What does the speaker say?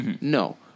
No